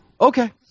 Okay